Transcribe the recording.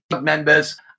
members